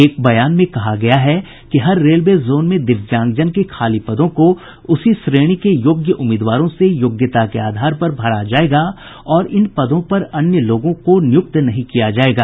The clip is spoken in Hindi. एक बयान में कहा गया है कि हर रेलवे जोन में दिव्यांगजन के खाली पदों को उसी श्रेणी के योग्य उम्मीदवारों से योग्यता के आधार पर भरा जायेगा और इन पदों पर अन्य लोगों को नियुक्त नहीं किया जायेगा